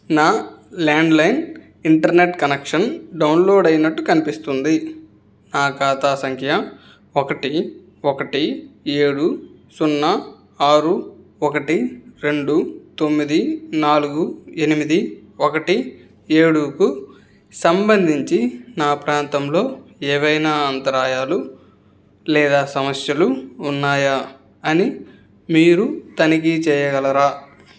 నా landline internet connection download అయినట్టు కనిపిస్తుంది నా ఖాతా సంఖ్య ఒకటి ఒకటి ఏడు సున్నా ఆరు ఒకటి రెండు తొమ్మిది నాలుగు ఎనిమిది ఒకటి ఏడుకు సంబంధించి నా ప్రాంతంలో ఏవైనా అంతరాయాలు లేదా సమస్యలు ఉన్నాయా అని మీరు తనిఖీ చేయగలరా